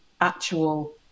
actual